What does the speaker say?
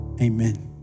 amen